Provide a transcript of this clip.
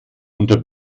unter